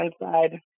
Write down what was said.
inside